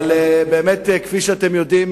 אבל באמת, כפי שאתם יודעים,